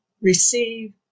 receive